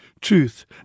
truth